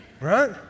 right